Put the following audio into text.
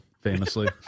famously